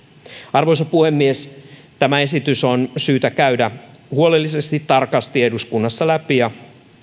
arvoisa puhemies tämä esitys on syytä käydä huolellisesti ja tarkasti eduskunnassa läpi ja